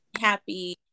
happy